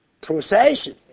procession